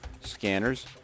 scanners